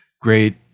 Great